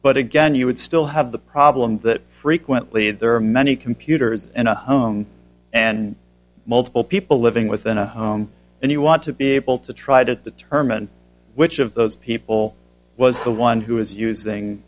but again you would still have the problem that frequently there are many computers in a home and multiple people living within a home and you want to be able to try to determine which of those people was the one who was using